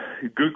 Good